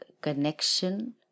connection